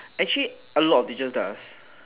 actually a lot of teachers does